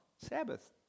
Sabbath